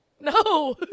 No